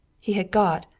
he had got,